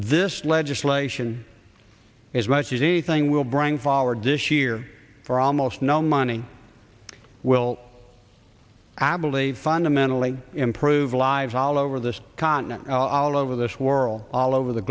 this legislation is much easy thing will bring forward this year for almost no money will i believe fundamentally improve lives all over this continent i'll over this world all over the